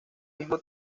mismo